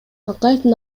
акаевдин